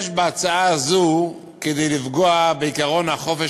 יש בהצעה הזו כדי לפגוע בעקרון החופש